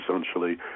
essentially